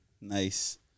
Nice